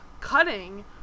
cutting